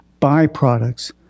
byproducts